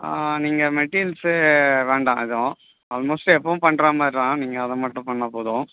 நீங்கள் மெட்டீரியல்ஸு வேண்டாம் எதுவும் ஆல்மோஸ்ட் எப்பவும் பண்ணுறா மாதிரி தான் நீங்கள் அதை மட்டும் பண்ணால் போதும்